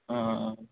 ఆ